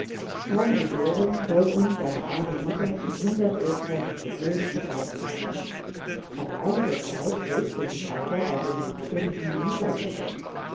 kaum geboren soll ihn seine arme mutter für hundert österreichische gulden verkauft haben nach einiger zeit regte sich aber bei dem mädchen die mutterliebe